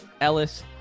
ellis